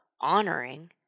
honoring